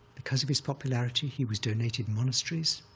because of his popularity he was donated monasteries.